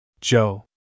Joe